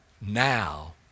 now